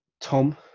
Tom